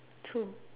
two